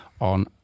on